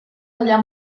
tallar